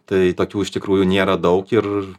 tai tokių iš tikrųjų nėra daug ir